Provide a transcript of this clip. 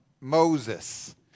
Moses